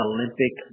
Olympic